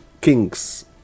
kings